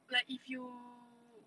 like if you